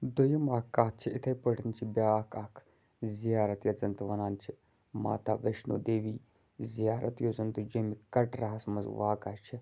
دوٚیِم اَکھ کَتھ چھِ یِتھٔے پٲٹھۍ چھِ بیٛاکھ اَکھ زِیارَت یَتھ زَن تہِ وَنان چھِ ماتا ویٚشنو دیوی زِیارَت یُس زَن تہِ جوٚمہِ کَٹرا ہَس منٛز واقع چھِ